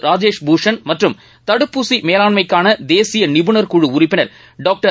ராஜேஷ் பூஷண் மற்றும் தடுப்பூசி மேலாண்மைக்கான தேசிய நிபுணர் குழு உறுப்பினர் டாக்டர்